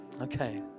Okay